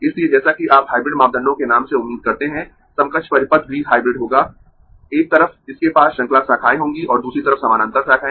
इसलिए जैसा कि आप हाइब्रिड मापदंडों के नाम से उम्मीद करते है समकक्ष परिपथ भी हाइब्रिड होगा एक तरफ इसके पास श्रृंखला शाखाएं होंगी और दूसरी तरफ समानांतर शाखाएं